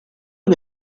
que